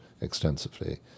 extensively